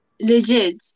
Legit